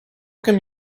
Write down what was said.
come